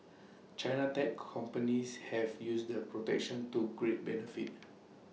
China's tech companies have used the protection to great benefit